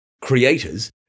creators